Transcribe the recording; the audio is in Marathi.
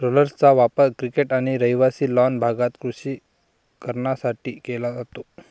रोलर्सचा वापर क्रिकेट आणि रहिवासी लॉन भागात कृषी कारणांसाठी केला जातो